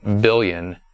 billion